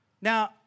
Now